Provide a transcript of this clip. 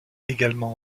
également